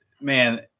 man